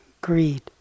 greed